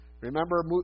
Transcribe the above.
Remember